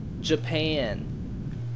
japan